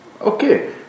Okay